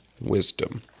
wisdom